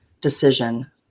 decision